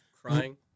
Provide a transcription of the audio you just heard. crying